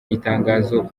itangazo